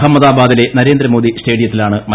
അഹമ്മദാബാദിലെ നരേന്ദ്രമോദി സ്റ്റേഡിയത്തിലാണ് മത്സരം